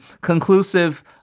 conclusive